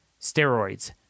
steroids